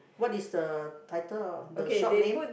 what is the title of the shop name